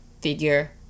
figure